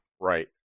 right